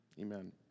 Amen